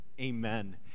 amen